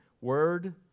Word